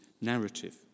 narrative